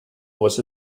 was